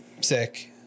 Sick